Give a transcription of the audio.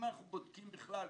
אם אנחנו כותבים בכלל,